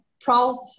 proud